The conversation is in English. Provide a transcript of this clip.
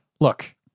Look